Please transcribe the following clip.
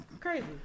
Crazy